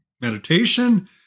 meditation